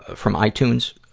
from ah itunes,